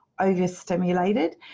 overstimulated